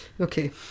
Okay